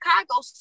Chicago